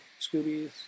Scoobies